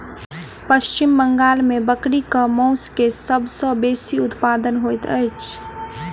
पश्चिम बंगाल में बकरीक मौस के सब सॅ बेसी उत्पादन होइत अछि